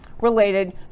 related